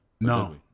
no